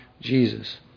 Jesus